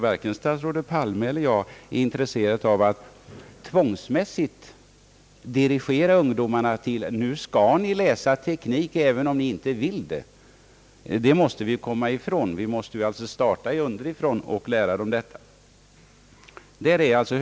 Varken statsrådet Palme eller jag är intresserade av att tvångsmässigt dirigera ungdomarna och säga: »Nu skall ni läsa teknik även om ni inte vill det!» Vi måste starta på ett tidigt stadium.